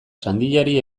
sandiari